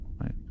right